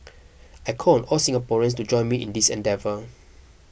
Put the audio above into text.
I call on all Singaporeans to join me in this endeavour